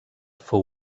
fou